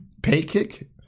Paykick